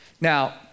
Now